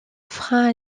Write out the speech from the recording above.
freins